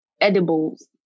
Edibles